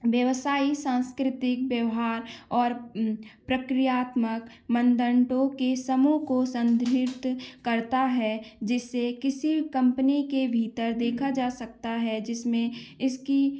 व्यवसायी सांस्कृतिक व्यवहार और प्रक्रियात्मक मानदंडों के समूह को करता है जिसे किसी कंपनी के भीतर देखा जा सकता है जिसमें इसकी